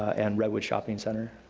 and redwood shopping center.